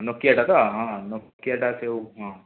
ନୋକିଆଟା ତ ହଁ ନୋକିଆଟା ସେଉ ହଁ